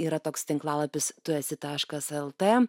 yra toks tinklalapis tu esi taškas el t